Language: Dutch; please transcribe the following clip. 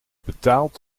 betaald